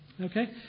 Okay